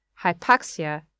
hypoxia